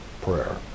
prayer